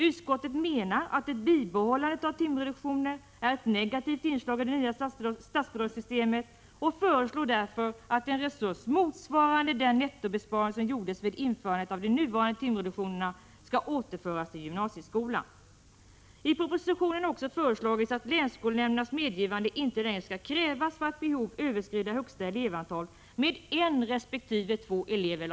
Utskottet menar att ett bibehållande av timreduktioner är ett negativt inslag i det nya statsbidragssystemet och föreslår därför att en resurs motsvarande den nettobesparing som gjordes vid införandet av den nuvarande timreduktionen skall återföras till gymnasieskolan. I propositionen har också föreslagits att länsskolnämndernas medgivande inte längre skall krävas för att vid behov överskrida högsta elevantal med en resp. två elever.